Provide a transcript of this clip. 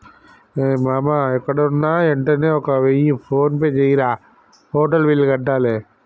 రేయ్ మామా ఎక్కడున్నా యెంటనే ఒక వెయ్య ఫోన్పే జెయ్యిరా, హోటల్ బిల్లు కట్టాల